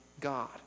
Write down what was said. God